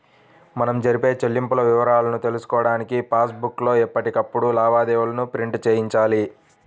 మనం జరిపే చెల్లింపుల వివరాలను తెలుసుకోడానికి పాస్ బుక్ లో ఎప్పటికప్పుడు లావాదేవీలను ప్రింట్ చేయించాలి